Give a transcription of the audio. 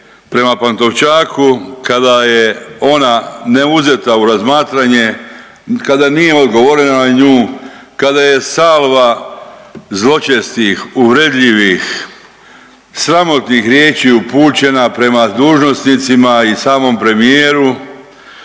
prema Pantovčaku kada je ona neuzeta u razmatranje, kada nije odgovorena na nju, kada je salva zločestih, uvredljivih, sramotnih riječi upućena prema dužnosnicima i samom premijeru,